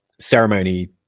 ceremony